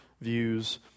views